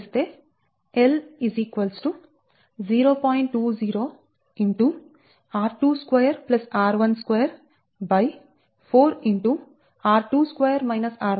lnr2r1 lnDr2 mHkm వస్తుంది